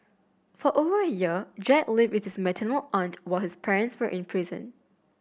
for over a year Jack lived with his maternal aunt while his parents were in prison